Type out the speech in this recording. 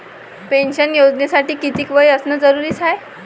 Pension योजनेसाठी कितीक वय असनं जरुरीच हाय?